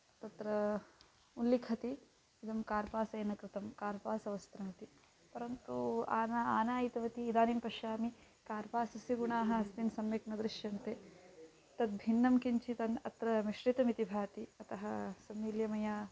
तत्र उल्लिखति इदं कार्पासेन कृतं कार्पासवस्त्रमिति परन्तु आना आनायितवती इदानीं पश्यामि कार्पासस्य गुणाः अस्मिन् सम्यक् न दृश्यन्ते तद्भिन्नं किञ्चित् अन्यं अत्र मिश्रितमिति भाति अतः सम्मिल्य मया